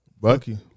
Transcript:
Bucky